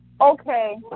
okay